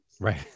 Right